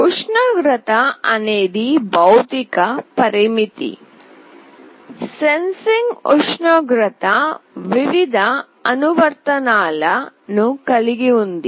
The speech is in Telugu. ఉష్ణోగ్రత అనేది భౌతిక పరిమితి సెన్సింగ్ ఉష్ణోగ్రత వివిధ అనువర్తనాల ను కలిగి ఉంది